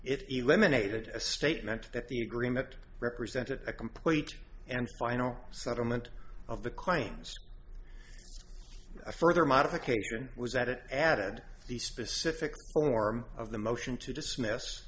if eliminated a statement that the agreement represented a complete and final settlement of the claims a further modification was that it added the specific form of the motion to dismiss